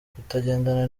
kutagendana